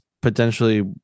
potentially